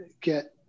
get